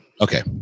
Okay